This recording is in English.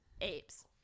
apes